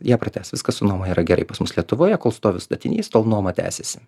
jie pratęs viską su nuoma yra gerai pas mus lietuvoje kol stovi statinys tol nuoma tęsiasi